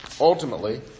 ultimately